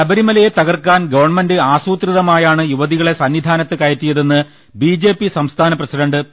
ശബരിമലയെ തകർക്കാൻ ഗവൺമെന്റ് ആസൂത്രിതമായാണ് യുവ തികളെ സന്നിധാനത്ത് കയറ്റിയതെന്ന് ബിജെപി സംസ്ഥാന പ്രസിഡന്റ് പി